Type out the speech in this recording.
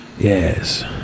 Yes